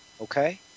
Okay